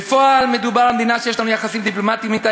בפועל מדובר על מדינה שיש לנו יחסים דיפלומטיים אתה,